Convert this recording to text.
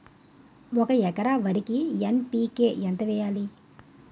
ఒక ఎకర వరికి ఎన్.పి.కే ఎంత వేయాలి?